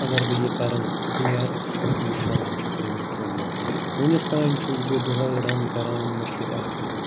اَگر بہٕ یہِ کَرَن کٕلیَر یہِ شُرہَن شَتَن میٖٹرَن منٛز وٕنِس تام چھُس بہٕ دۄہَے رَن کَران مےٚ چھِ اَکھ